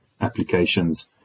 applications